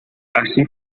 así